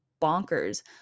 bonkers